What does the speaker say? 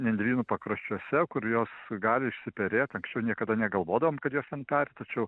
nendrynų pakraščiuose kur jos gali išsiperėt anksčiau niekada negalvodavom kad jos ten peri tačiau